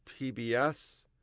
PBS